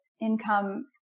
income